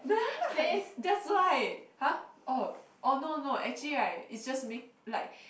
that's why !huh! oh oh no no actually right it's just make like